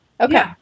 Okay